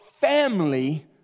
family